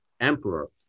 emperor